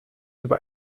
über